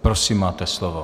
Prosím, máte slovo.